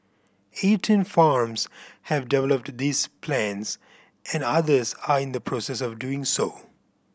eighteen farms have developed these plans and others are in the process of doing so